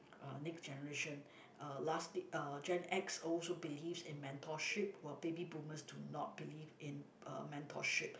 uh next generation uh lastly uh gen X also believes in mentorship while baby boomers do not believe in uh mentorship